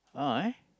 a'ah eh